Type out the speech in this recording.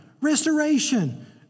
restoration